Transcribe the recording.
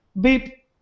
beep